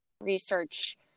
research